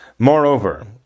Moreover